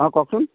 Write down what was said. অঁ কওকচোন